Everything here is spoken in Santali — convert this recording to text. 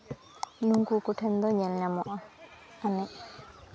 ᱱᱩᱝᱠᱩ ᱠᱚᱴᱷᱮᱱ ᱫᱚ ᱧᱮᱞ ᱧᱟᱢᱚᱜᱼᱟ ᱢᱟᱱᱮ